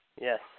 Yes